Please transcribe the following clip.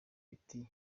biti